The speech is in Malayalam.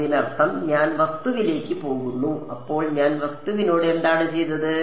അതിനർത്ഥം ഞാൻ വസ്തുവിലേക്ക് പോകുന്നു അപ്പോൾ ഞാൻ വസ്തുവിനോട് എന്താണ് ചെയ്തത്